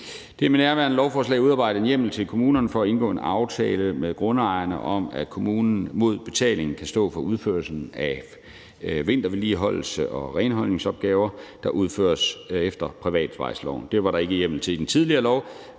Der er med nærværende lovforslag udarbejdet en hjemmel til kommunerne til at indgå en aftale med grundejerne om, at kommunen mod betaling kan stå for udførelsen af vintervedligeholdelse og renholdningsopgaver, der udføres efter privatvejsloven. Det var der ikke hjemmel til i den tidligere lov.